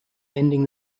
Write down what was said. ending